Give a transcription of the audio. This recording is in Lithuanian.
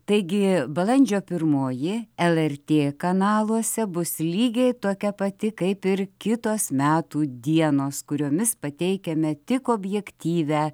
taigi balandžio pirmoji lrt kanaluose bus lygiai tokia pati kaip ir kitos metų dienos kuriomis pateikiame tik objektyvią